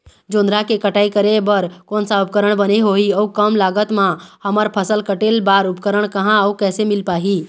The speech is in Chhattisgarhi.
जोंधरा के कटाई करें बर कोन सा उपकरण बने होही अऊ कम लागत मा हमर फसल कटेल बार उपकरण कहा अउ कैसे मील पाही?